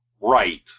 right